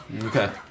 Okay